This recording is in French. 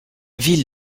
ville